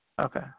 Okay